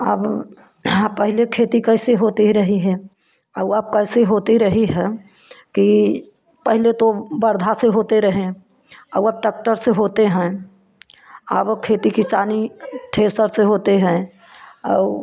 अब यहाँ पहले खेती कैसे होती रही है और अब कैसे होती रही है कि पहले तो बरधा से होते रहें औ अब टक्टर से होते हैं अबो खेती किसानी ठेसर से होते हैं और